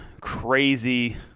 crazy